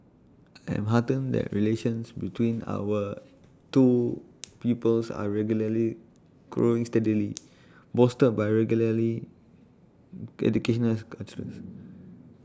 I'm heartened that relations between our two peoples are regularly growing steadily bolstered by regularly educational